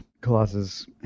Colossus